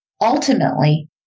Ultimately